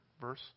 verse